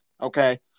Okay